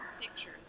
picture